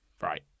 right